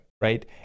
right